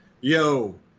yo